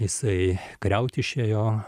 jisai kariaut išėjo